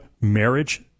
marriage